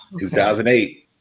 2008